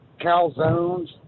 Calzones